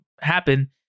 happen